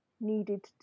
needed